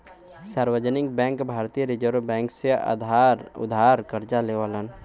सार्वजनिक बैंक भारतीय reserve bank से उधार करजा लेवलन